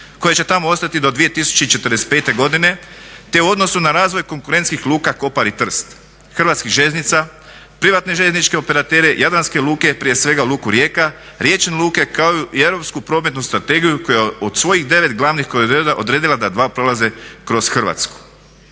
koji će tamo ostati do 2045.godine te u odnosu na razvoj konkurentskih luka Kopar i Trst, HŽ-a, privatne željezničke operatere, jadranske luke, prije svega Luku Rijeka, riječne luke kao i Europsku prometnu strategiju koja od svojih 9 glavnih koridora odredila da dva prolaze kroz Hrvatsku.